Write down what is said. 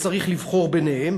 וצריך לבחור ביניהם,